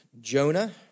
Jonah